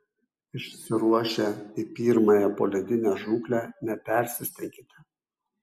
išsiruošę į pirmąją poledinę žūklę nepersistenkite